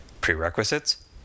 Prerequisites